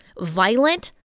violent